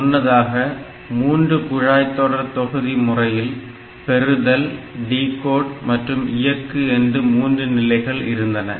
முன்னதாக 3 குழாய்தொடர்தொகுதி முறையில் பெறுதல் டிகோட் மற்றும் இயக்கு என்று மூன்று நிலைகள் இருந்தன